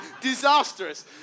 disastrous